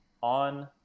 On